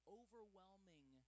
overwhelming